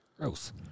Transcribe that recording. Gross